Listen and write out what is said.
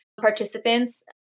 participants